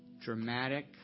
dramatic